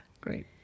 Great